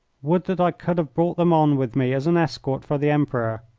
would that i could have brought them on with me as an escort for the emperor!